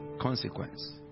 consequence